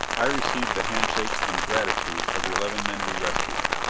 i received the handshakes and the gratitude of the eleven men we rescued,